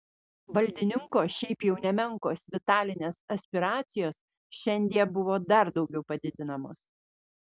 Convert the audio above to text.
valdininko šiaip jau nemenkos vitalinės aspiracijos šiandie buvo dar daugiau padidinamos